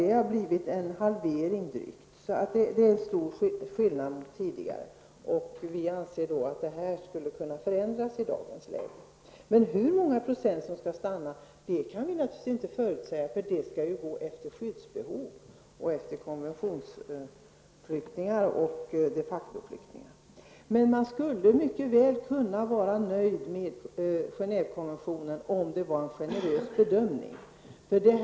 Det innebär en dryg halvering, så skillnaden mot tidigare är stor. Vi anser att det är dags för en förändring. Vi kan naturligtvis inte förutsäga hur många procent som skall få stanna, eftersom det beror på skyddsbehovet och om det rör sig om konventionsflyktingar eller de facto-flyktingar. Men man skulle mycket väl kunna vara nöjd med Genèvekonventionen om bara bedömningen vore generös.